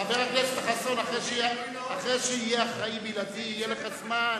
אחרי שיהיה אחראי בלעדי, יהיה לך זמן.